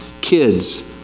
Kids